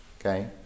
Okay